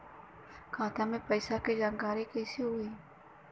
खाता मे पैसा के जानकारी कइसे होई?